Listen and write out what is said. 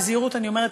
בזהירות אני אומרת,